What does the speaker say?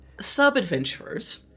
sub-adventurers